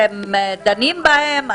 אתם דנים בהן?